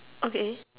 okay